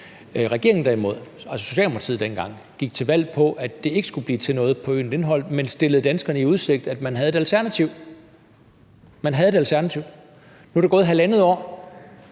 Regeringen dengang og Socialdemokratiet dengang gik derimod til valg på, at det ikke skulle blive til noget med øen Lindholm, men stillede danskerne i udsigt, at man havde et alternativ – at man havde et alternativ. Nu er der gået halvandet år,